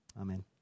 Amen